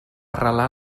arrelar